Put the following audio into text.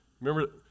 Remember